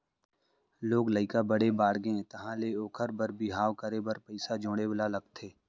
लोग लइका बड़े बाड़गे तहाँ ले ओखर बर बिहाव करे बर पइसा जोड़े ल परथे